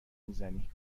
میزنی